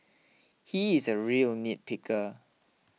he is a real nitpicker